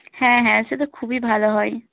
হ্যাঁ হ্যাঁ সে তো খুবই ভালো হয়